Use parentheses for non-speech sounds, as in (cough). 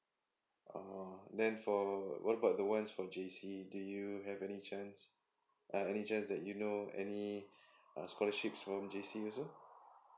oh then for what about the ones from J_C do you have any chance uh any chance that you know any (breath) uh scholarships from J_C as well